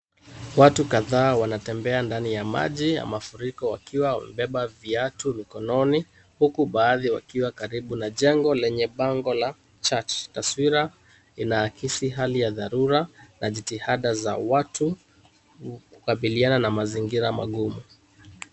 Watu kadhaa watembea ndani ya maji ya mafuriko wakiwa wamebeba viatu mikononi huku baadhi wakiwa karibu na jengo lenye bango la Church .Taswira inahisi hali ya dharura na jitihada za watu kukabiliana na mazingira magumu.